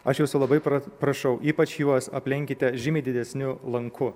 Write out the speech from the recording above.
aš jūsų labai pra prašau ypač juos aplenkite žymiai didesniu lanku